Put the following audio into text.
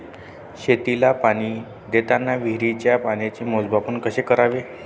शेतीला पाणी देताना विहिरीच्या पाण्याचे मोजमाप कसे करावे?